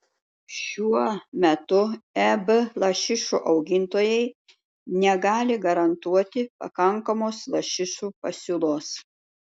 šiuo metu eb lašišų augintojai negali garantuoti pakankamos lašišų pasiūlos